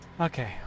Okay